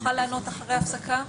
נוכל לענות אחרי ההפסקה?